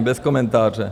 Bez komentáře.